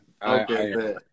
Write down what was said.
Okay